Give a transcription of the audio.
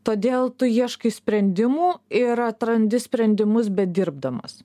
todėl tu ieškai sprendimų ir atrandi sprendimus bedirbdamas